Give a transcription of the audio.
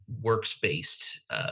works-based